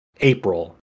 April